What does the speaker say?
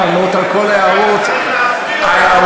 את מעלה על דעתך שאני עומד כאן לנאום בגלל רוב או מיעוט?